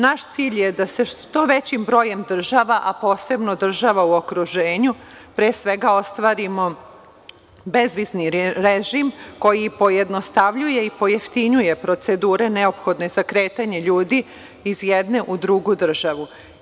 Naš cilj je da se sa što većim brojem država, a posebno država u okruženju pre svega ostvarimo bezvizni režim koji pojednostavljuje i pojeftinjuje procedure neophodne za kretanje ljudi iz jedne u drugu državu.